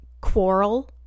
quarrel